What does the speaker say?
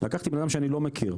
לקחת בן אדם שאני לא מכיר,